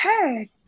heard